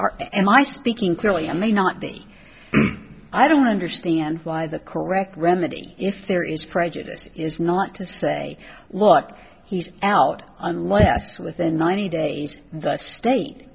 are and i speaking clearly and may not be i don't understand why the correct remedy if there is prejudice is not to say lot he's out unless within ninety days the state